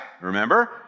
remember